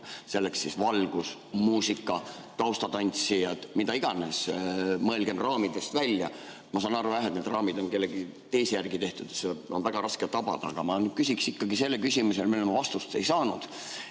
selleks siis valgus, muusika, taustatantsijad, mida iganes. Mõelgem raamidest välja! Ma saan aru jah, et need raamid on kellegi teise järgi tehtud, seda on väga raske tabada. Aga ma küsin ikkagi selle küsimuse, millele ma vastust ei saanud.